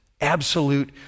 Absolute